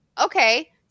Okay